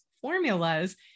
formulas